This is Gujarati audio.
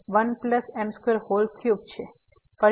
તેથી આ m2 over 1 m23 છે